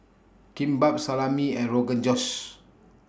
Kimbap Salami and Rogan Josh